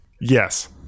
Yes